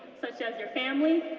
such as your family,